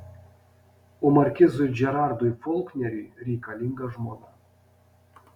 o markizui džerardui folkneriui reikalinga žmona